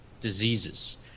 diseases